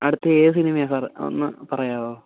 അടുത്തത് ഏത് സിനിമയാണ് സാറേ ഒന്ന് പറയാമോ